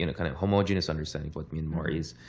and kind of homogeneous understanding of what myanmar is.